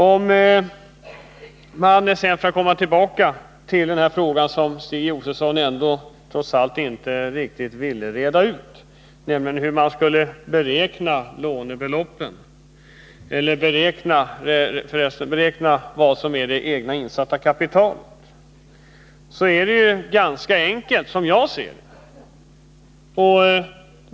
För att sedan komma tillbaka till den fråga som Stig Josefson trots allt inte riktigt ville reda ut, nämligen hur man skall bestämma lånebeloppen eller beräkna vad som är det egna insatta kapitalet, vill jag säga att det, som jag ser det, är ganska enkelt.